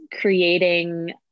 creating